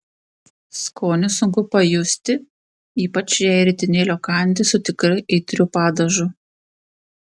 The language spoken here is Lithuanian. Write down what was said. skonį sunku pajusti ypač jei ritinėlio kandi su tikrai aitriu padažu